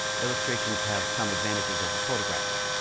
illustrations have some advantages over photographs.